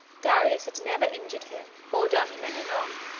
darius had never injured him or done him any wrong,